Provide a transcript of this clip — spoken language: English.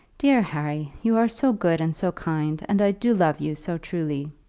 dear harry, you are so good and so kind, and i do love you so truly!